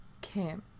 Kim